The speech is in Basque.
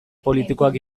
politikoak